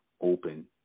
open